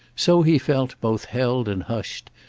so he felt both held and hushed,